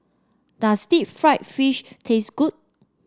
does Deep Fried Fish taste good